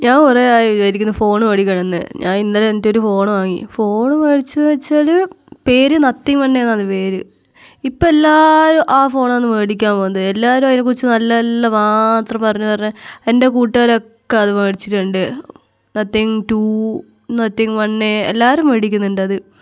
ഞാൻ കുറെ ആയി വിചാരിക്കുന്നു ഫോണ് മേടിക്കണമെന്ന് ഞാൻ ഇന്നലെ എന്നിട്ടൊരു ഫോണ് വാങ്ങി ഫോണു മേടിച്ചത് എന്ന് വെച്ചാൽ പേര് നത്തിങ് വൺ ഏതാന്ന് പേര് ഇപ്പം എല്ലാവരും ആ ഫോണാന്ന് മേടിക്കുക പോന്നെ എല്ലാവരും അതിനെ കുറിച്ച് നല്ലതെല്ലാം മാത്രം പറഞ്ഞ് പറഞ്ഞ് എൻ്റെ കൂട്ടുകാരൊക്കെ അത് മേടിച്ചിട്ടുണ്ട് നത്തിങ് ടു നത്തിങ് വണ്ണെ എല്ലാവരും മേടിക്കുന്നുണ്ടത്